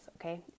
Okay